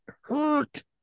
hurt